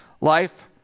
life